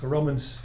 Romans